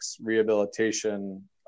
rehabilitation